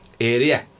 area